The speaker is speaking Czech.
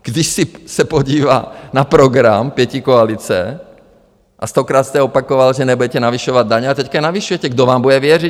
Když si se podívá na program pětikoalice a stokrát jste opakoval, že nebudete navyšovat daně a teď je navyšujete, kdo vám bude věřit?